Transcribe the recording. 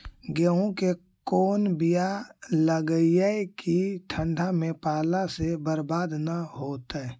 गेहूं के कोन बियाह लगइयै कि ठंडा में पाला से बरबाद न होतै?